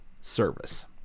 service